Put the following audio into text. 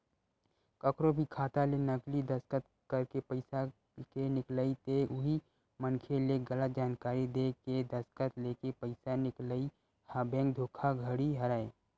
कखरो भी खाता ले नकली दस्कत करके पइसा के निकलई ते उही मनखे ले गलत जानकारी देय के दस्कत लेके पइसा निकलई ह बेंक धोखाघड़ी हरय